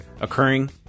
occurring